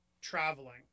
traveling